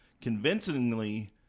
convincingly